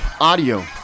audio